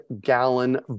gallon